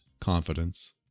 confidence